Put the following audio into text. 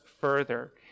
further